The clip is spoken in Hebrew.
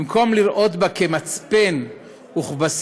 במקום לראות בה מצפן ובסיס